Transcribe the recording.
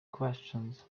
questions